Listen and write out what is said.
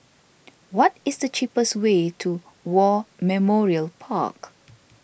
what is the cheapest way to War Memorial Park